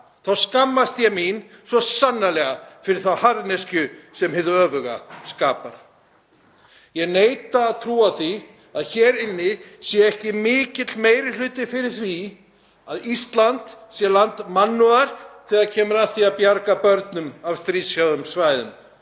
þá skammast ég mín svo sannarlega fyrir þá harðneskju sem hið öfuga skapar. Ég neita að trúa því að hér inni sé ekki mikill meiri hluti fyrir því að Ísland sé land mannúðar þegar kemur að því að bjarga börnum af stríðshrjáðum svæðum,